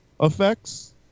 effects